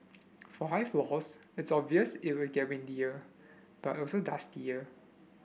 for high floors it's obvious it will get windier but also dustier